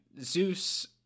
Zeus